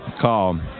call